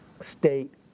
state